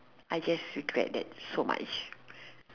I just regret that so much